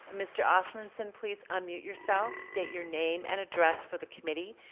mr. osmunson, please unmute yourself state your name and address for the committee.